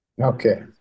Okay